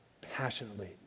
passionately